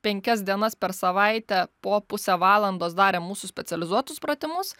penkias dienas per savaitę po pusę valandos darė mūsų specializuotus pratimus